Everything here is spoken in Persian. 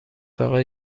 فقط